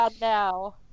now